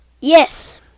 Yes